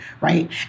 Right